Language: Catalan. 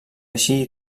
així